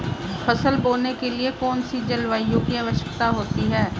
फसल बोने के लिए कौन सी जलवायु की आवश्यकता होती है?